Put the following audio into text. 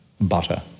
butter